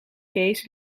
kees